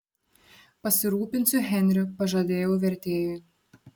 pasirūpinsiu henriu pažadėjau vertėjui